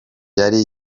yari